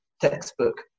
textbook